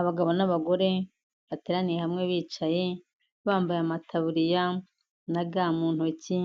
Abagabo n'abagore, bateraniye hamwe bicaye, bambaye amataburiya na ga mu ntoki,